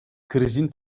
krizin